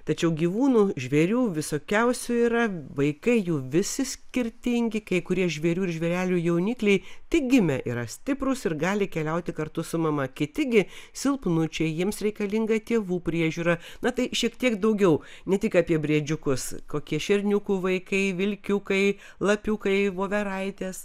tačiau gyvūnų žvėrių visokiausių yra vaikai jų visi skirtingi kai kurie žvėrių ir žvėrelių jaunikliai tik gimę yra stiprūs ir gali keliauti kartu su mama kiti gi silpnučiai jiems reikalinga tėvų priežiūra na tai šiek tiek daugiau ne tik apie briedžiukus kokie šerniukų vaikai vilkiukai lapiukai voveraitės